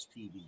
TV